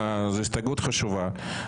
זו הסתייגות חשובה.